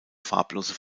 farblose